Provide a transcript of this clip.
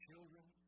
children